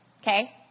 okay